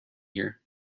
here